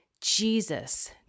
Jesus